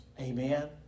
Amen